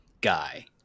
Guy